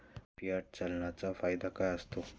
Fiat चलनाचा फायदा काय असतो?